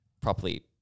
properly